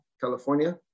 California